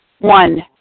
One